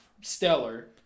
stellar